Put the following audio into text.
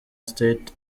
state